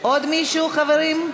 עוד מישהו, חברים?